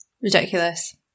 ridiculous